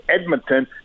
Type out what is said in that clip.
Edmonton